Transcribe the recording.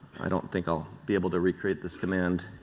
i don't think will be able to recreate this command